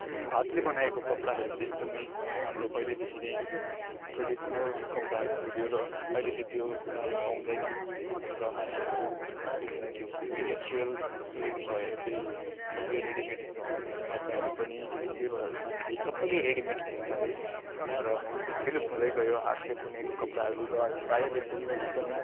हातले बनाएको कपडाहरू चाहिँ एकदमै हाम्रो पहिलादेखि नै ट्रेडिसनल कपडाहरू हुन्थ्यो र अहिले चाहिँ त्यो प्राय पाउँदैन र मानिसहरू एकदम त्यो इन्डसट्रियल उयो भएर चाहिँ सबै रेडिमेटहरू आउनथाल्यो कपडाहरू पनि त्यही भएर मानिसहरूले सबैले रेडिमेट किन्नथाले र विलुप्त हुँदै गयो हातले बुनेको कपडाहरू र प्राय ले बुन्दैन पनि